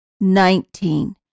Nineteen